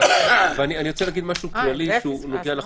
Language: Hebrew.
אני רוצה להגיד משהו כללי שנוגע לחוק,